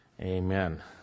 amen